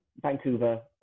Vancouver